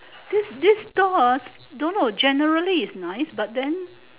this this stall ah don't know generally is nice but then